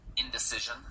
indecision